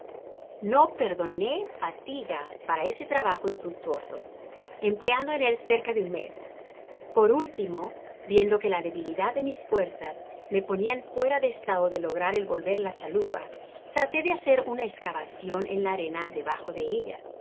no perdoné fatiga para ese trabajo infructuoso empleando en el cerca de un mes por ultimo viendo que la debilidad de mis fuerzas me ponian fuera de estado de lograr el volver la chalupa traté de hacer una escavaeion en la arena debajo de ella